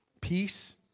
peace